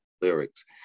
lyrics